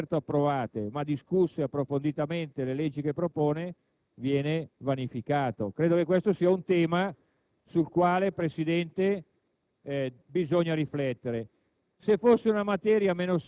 e di fatto il diritto dell'opposizione di vedere non certo approvati ma esaminati approfonditamente i disegni di legge che propone viene vanificato. Credo che questo sia un tema sul quale, signor